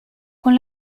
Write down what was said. con